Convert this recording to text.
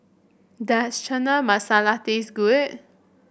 does Chana Masala taste good